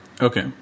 Okay